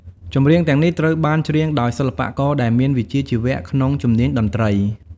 ចម្រៀងទាំងនេះត្រូវបានច្រៀងដោយសិល្បៈករដែលមានវិជ្ជាជីវៈក្នុងជំនាញតន្ត្រី។